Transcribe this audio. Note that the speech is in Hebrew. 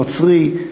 נוצרי,